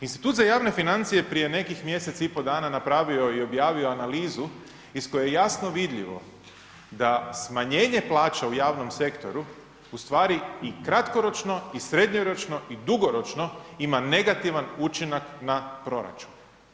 Institut za javne financije prije nekih mjesec i pol dana napravio je i objavio analizu iz koje je jasno vidljivo da smanjenje plaća u javnom sektoru, ustvari i kratkoročno i srednjoročno i dugoročno ima negativan učinak na proračun.